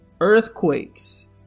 earthquakes